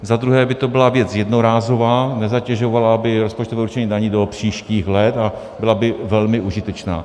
Za druhé by to byla věc jednorázová, nezatěžovala by rozpočtové určení daní do příštích let a byla by velmi užitečná.